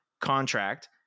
contract